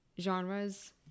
genres